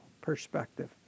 perspective